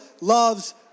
loves